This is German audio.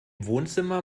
wohnzimmer